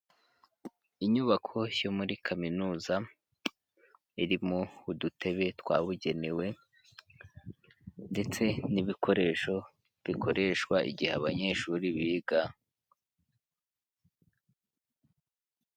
Inyubako yo muri kaminuza, irimo udutebe twabugenewe ndetse n'ibikoresho bikoreshwa igihe abanyeshuri biga.